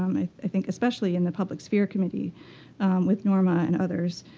um i i think, especially in the public sphere committee with norma and others.